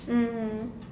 mmhmm